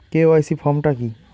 KYC form টা কি?